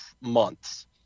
months